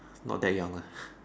not that young lah